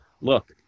Look